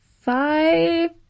five